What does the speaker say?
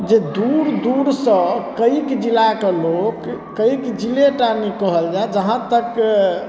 जे दूर दूर सँ कएक जिलाके लोक कएक जिले टा नहि कहल जाइ जहाँ तक